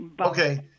Okay